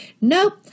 nope